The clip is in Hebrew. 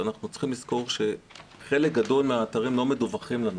אנחנו צריכים לזכור שחלק גדול מהאתרים לא מדווח לנו.